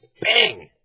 Bang